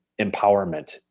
empowerment